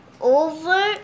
over